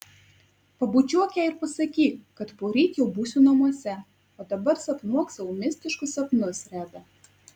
pabučiuok ją ir pasakyk kad poryt jau būsiu namuose o dabar sapnuok savo mistiškus sapnus reda